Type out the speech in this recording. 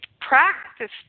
practice